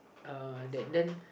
uh that then